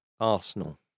Arsenal